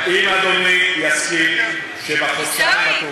בוועדת הפנים של הכנסת,